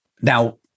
Now